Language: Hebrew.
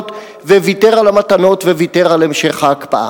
הזאת וויתר על המתנות וויתר על המשך ההקפאה.